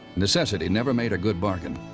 necessity never made a good bargain.